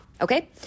okay